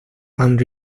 and